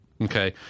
Okay